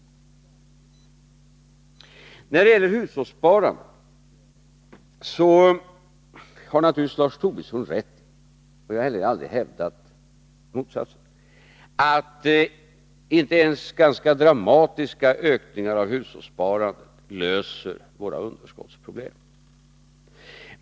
När det gäller hushållssparandet har naturligtvis Lars Tobisson rätt i — och jag har heller aldrig hävdat motsatsen — att inte ens ganska dramatiska ökningar av hushållssparandet löser våra underskottsproblem.